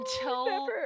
until-